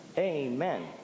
Amen